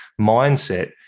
mindset